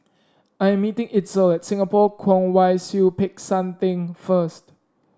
I am meeting Itzel Singapore Kwong Wai Siew Peck San Theng first